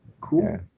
Cool